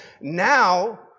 now